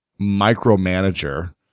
micromanager